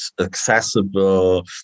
accessible